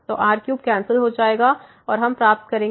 तो r3कैंसिल हो जाएगा और हम प्राप्त करेंगे